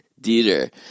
Dieter